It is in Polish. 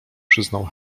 przyznał